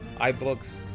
iBooks